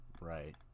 Right